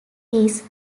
his